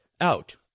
out